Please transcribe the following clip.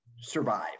survive